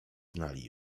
znali